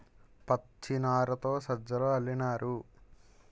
పచ్చినారతో సజ్జలు అల్లినారు